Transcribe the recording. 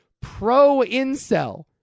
pro-incel